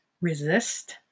resist